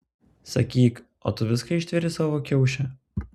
sakyk o tu viską ištveri savo kiauše